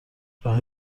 راه